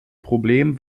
problem